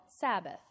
Sabbath